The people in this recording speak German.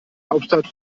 hauptstadt